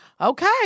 Okay